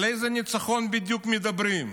על איזה ניצחון בדיוק מדברים?